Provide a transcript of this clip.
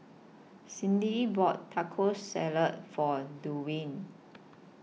Clydie bought Taco Salad For Duwayne